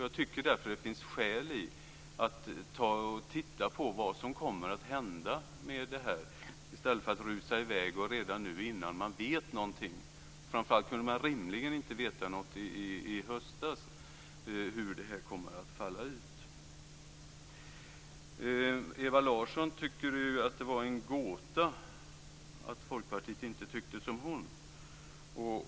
Jag tycker därför att det finns skäl att avvakta vad som kommer att hända, i stället för att rusa i väg redan innan man vet någonting - framför allt kunde man inte rimligen veta någonting i höstas om hur det här kommer att utfalla. Ewa Larsson tyckte att det var en gåta att Folkpartiet inte tyckte som hon.